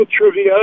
trivia